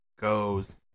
goes